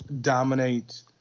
dominate